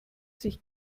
sich